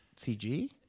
CG